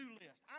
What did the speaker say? list